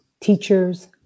teachers